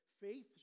Faith